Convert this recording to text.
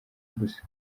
gusa